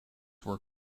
were